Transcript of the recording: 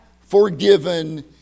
forgiven